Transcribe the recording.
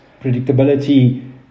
Predictability